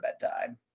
bedtime